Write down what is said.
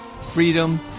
freedom